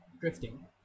Drifting